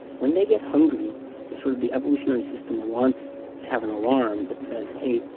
when they get hungry sort of the evolutionary system wants to have an alarm that says, hey,